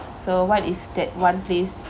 so what is that one place